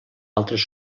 altres